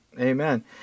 Amen